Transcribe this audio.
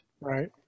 Right